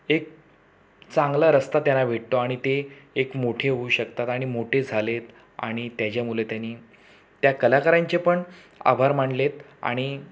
एक चांगला रस्ता त्यांना भेटतो आणि ते एक मोठे होऊ शकतात आणि मोठे झालेत आणि त्याच्यामुळे त्यांनी त्या कलाकारांचे पण आभार मानले आहेत आणि